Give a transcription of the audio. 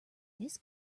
this